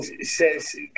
says